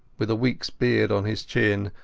with a weekas beard on his chin,